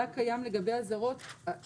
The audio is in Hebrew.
"מידע קיים לגבי האזהרות", שוב,